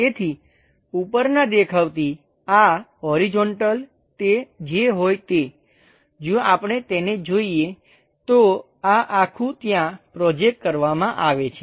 તેથી ઉપરનાં દેખાવથી આ હોરીઝોંટલ તે જે હોય તે જો આપણે તેને જોઈએ તો આ આખું ત્યાં પ્રોજેકટ કરવામાં આવે છે